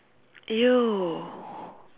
!eww!